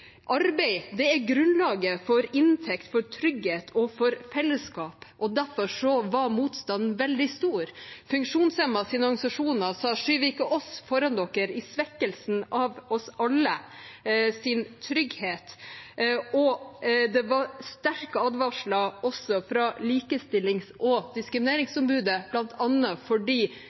er grunnlaget for inntekt, for trygghet og for fellesskap, og derfor var motstanden veldig stor. Funksjonshemmedes organisasjoner sa at vi ikke skulle skyve dem foran oss, i svekkelsen av vår alles trygghet. Det var sterke advarsler også fra Likestillings- og diskrimineringsombudet, bl.a. fordi